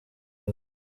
art